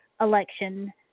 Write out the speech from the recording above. election